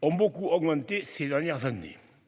ont beaucoup augmenté ces dernières années,